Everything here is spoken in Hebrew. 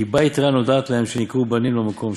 חיבה יתרה נודעת להם שנקראו בנים למקום,